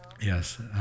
yes